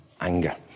Anger